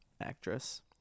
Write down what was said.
actress